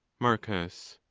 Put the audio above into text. marcus.